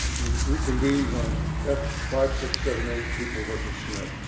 reconvenes on f five six seven eight, people versus smith.